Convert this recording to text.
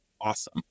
Awesome